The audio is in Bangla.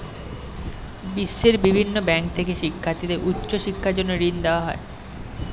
বিশ্বের বিভিন্ন ব্যাংক থেকে শিক্ষার্থীদের উচ্চ শিক্ষার জন্য ঋণ দেওয়া হয়